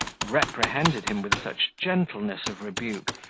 reprehended him with such gentleness of rebuke,